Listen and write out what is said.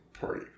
party